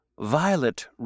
violet